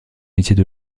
métiers